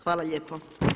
Hvala lijepo.